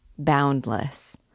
Boundless